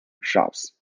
shops